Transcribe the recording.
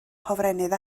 hofrennydd